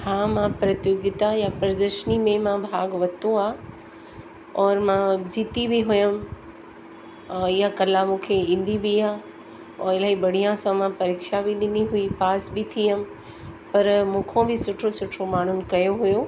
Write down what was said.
हा मां प्रतियोगिता या प्रदर्शनी में मां भाॻु वरितो आहे और मां जीती बि हुअमि और इहा कला मूंखे ईंदी बि आहे और इलाही बढ़िया सां मां परीक्षा बि ॾिनी हुई पास बि थी हुअमि पर मूं खां बि सुठो सुठो माण्हुनि कयो हुओ